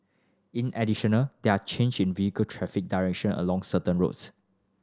in additional there are change in vehicle traffic direction along certain roads